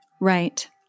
Right